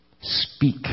Speak